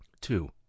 two